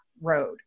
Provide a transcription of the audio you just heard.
road